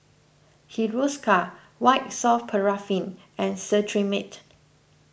Hiruscar White Soft Paraffin and Cetrimide